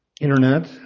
internet